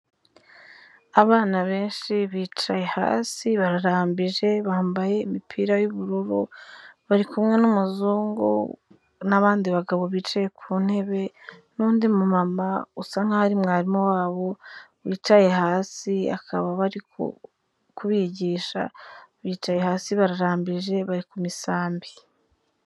Abana benshi bicaye hasi, bararambije, bambaye imipira y'ubururu, bari kumwe n'umuzungu n'abandi bagabo bicaye ku ntebe n'undi mama usa nk'aho ari mwarimu wabo wicaye hasi bakaba bari kubigisha, bicaye hasi bararambije, bari ku misambi.